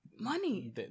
Money